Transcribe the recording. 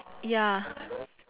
ya